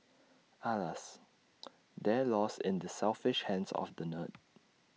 alas they're lost in the selfish hands of the nerd